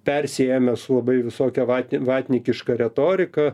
persiėmęs labai visokią vati vatnikišką retoriką